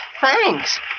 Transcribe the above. thanks